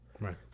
right